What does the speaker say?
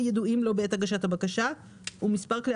הידועים לו בעת הגשת הבקשה ומספר כלי